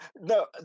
no